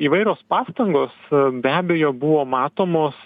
įvairios pastangos be abejo buvo matomos